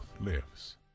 lives